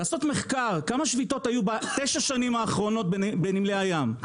לעשות מחקר כמה שביתות היו בתשע השנים האחרונות בנמלי הים.